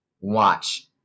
watch